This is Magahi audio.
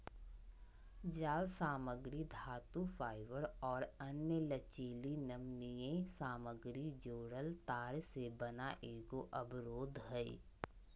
जालसामग्री धातुफाइबर और अन्य लचीली नमनीय सामग्री जोड़ल तार से बना एगो अवरोध हइ